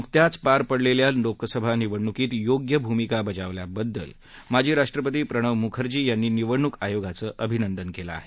नुकत्याच पार पडलेल्या लोकसभा निवडणूकीत योग्य भूमिका बजावल्याबद्दल माजी राष्ट्रपती प्रणव मुखर्जी यांनी निवडणूक आयोगाचं अभिनंदन केलं आहे